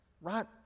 right